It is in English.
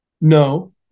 No